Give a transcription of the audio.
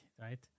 right